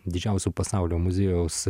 didžiausio pasaulio muziejaus